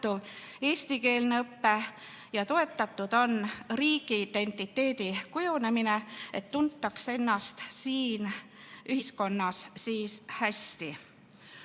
eestikeelne õpe, ja toetatud on riigiidentiteedi kujunemine, et tuntaks ennast siin ühiskonnas hästi.